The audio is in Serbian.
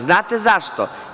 Znate zašto?